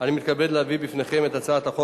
אני מתכבד להביא בפניכם את הצעת חוק